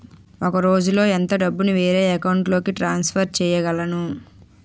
ఒక రోజులో ఎంత డబ్బుని వేరే అకౌంట్ లోకి ట్రాన్సఫర్ చేయగలను?